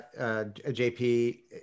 JP